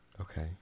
Okay